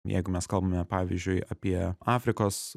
jeigu mes kalbame pavyzdžiui apie afrikos